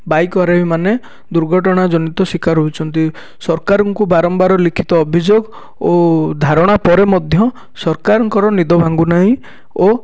bike ଆରୋହୀମାନେ ଦୁର୍ଘଟଣା ଜନିତ ଶିକାର ହେଉଛନ୍ତି ସରକାରଙ୍କୁ ବାରମ୍ବାର ଲିଖିତ ଅଭିଯୋଗ ଓ ଧାରଣା ପରେ ମଧ୍ୟ ସରକାରଙ୍କର ନିଦ ଭାଙ୍ଗୁନାହିଁ ଓ